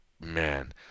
man